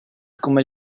come